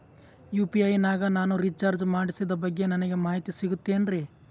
UPI ನಾಗ ನಾನು recharge ಮಾಡಿಸಿದ ಬಗ್ಗೆ ನನಗೆ ಮಾಹಿತಿ ಸಿಗುತೇನ್ರೀ?